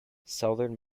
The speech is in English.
southern